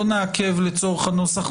לא נעכב לצורך הנוסח.